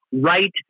right